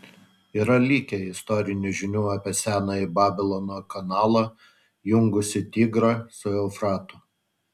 yra likę istorinių žinių apie senąjį babilono kanalą jungusį tigrą su eufratu